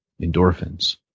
endorphins